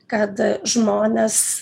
kad žmonės